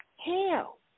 Hell